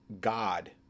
God